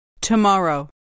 Tomorrow